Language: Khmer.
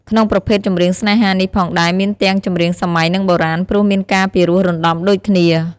ក្នុងប្រភេទចម្រៀងស្នេហានេះផងដែលមានទាំងចម្រៀងសម័យនិងបុរាណ ព្រោះមានការពិរោះរន្តំដូចគ្នា។